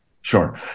Sure